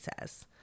says